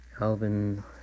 Alvin